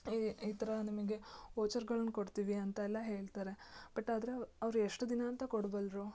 ಈ ಈ ಥರ ನಿಮಗೆ ಓಚರ್ಗಳನ್ನು ಕೊಡ್ತೀವಿ ಅಂತೆಲ್ಲ ಹೇಳ್ತಾರೆ ಬಟ್ ಆದರೆ ಅವ್ರು ಎಷ್ಟು ದಿನ ಅಂತ ಕೊಡಬಲ್ರು